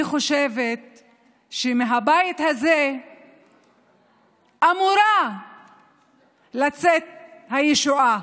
אני חושבת שמהבית הזה אמורה לצאת הישועה,